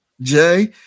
Jay